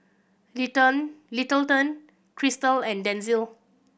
Littleton Crystal and Denzil